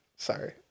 Sorry